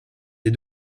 des